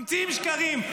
ממציאים שקרים.